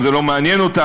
אבל זה לא מעניין אותם,